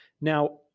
Now